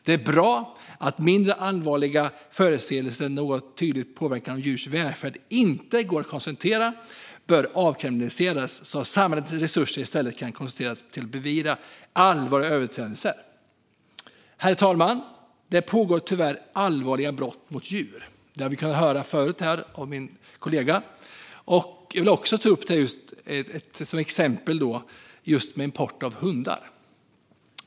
Det är bra om mindre allvarliga förseelser där tydlig påverkan på djurs välfärd inte går att konstatera avkriminaliseras, så att samhällets resurser i stället kan koncentreras till att beivra allvarliga överträdelser. Herr talman! Det begås tyvärr allvarliga brott mot djur; det har vi kunnat höra från min kollega här tidigare. Jag vill ta också upp exemplet import av hundar.